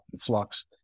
flux